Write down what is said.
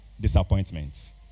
Disappointments